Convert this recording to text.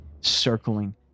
circling